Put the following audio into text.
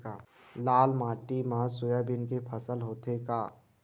लाल माटी मा सोयाबीन के फसल होथे का?